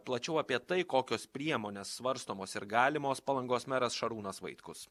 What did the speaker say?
plačiau apie tai kokios priemonės svarstomos ir galimos palangos meras šarūnas vaitkus